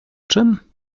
czym